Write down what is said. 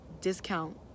Discount